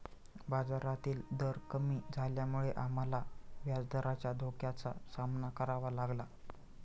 बाजारातील दर कमी झाल्यामुळे आम्हाला व्याजदराच्या धोक्याचा सामना करावा लागला